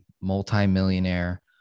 multimillionaire